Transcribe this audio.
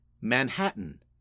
Manhattan